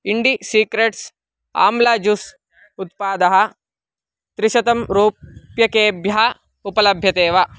Indi secrets amla juice उत्पादः त्रिशतं रूप्यकेभ्यः उपलभ्यते वा